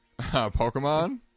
Pokemon